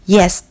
Yes